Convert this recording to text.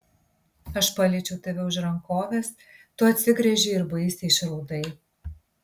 aš paliečiau tave už rankovės tu atsigręžei ir baisiai išraudai